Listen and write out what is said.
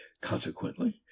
consequently